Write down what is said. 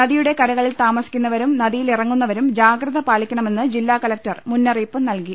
നദിയുടെ കരകളിൽ താമസിക്കുന്നവരും നദിയിൽ ഇറങ്ങുന്നവരും ജാഗ്രതപാലിക്കണമെന്ന് ജില്ലാ കലക്ടർ മുന്നറിയിപ്പ് നൽകി